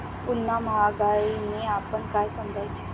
पुन्हा महागाईने आपण काय समजायचे?